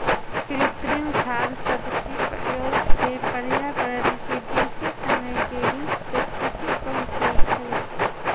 कृत्रिम खाद सभके प्रयोग से पर्यावरण के बेशी समय के रूप से क्षति पहुंचइ छइ